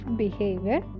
behavior